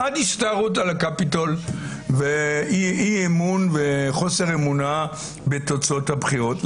עד הסתערות על הקפיטול ואי-אמון וחוסר אמונה בתוצאות הבחירות.